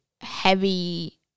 heavy